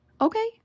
Okay